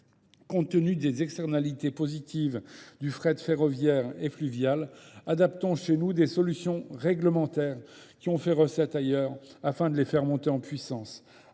compte tenu des externalités positives du fret ferroviaire et fluvial, adaptons chez nous des solutions réglementaires qui ont fait recette ailleurs afin de les faire monter en puissance.